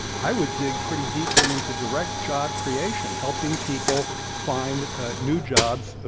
i would dig pretty deeply into direct job creation, helping people find ah new jobs.